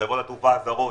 חברות התעופה הזרות